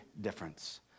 difference